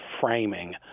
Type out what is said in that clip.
framing